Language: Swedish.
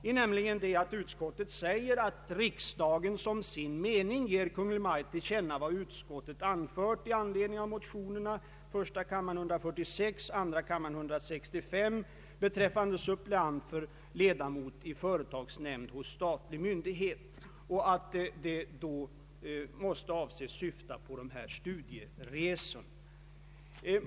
Utskottet yrkar nämligen att riksdagen som sin mening ger till känna vad utskottet anfört i anledning av motionerna I:146 och II: 165 beträffande suppleant för ledamot i företagsnämnd hos statlig myndighet. Detta måste då anses syfta på studieresorna.